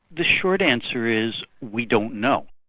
the short answer is we don't know.